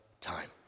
time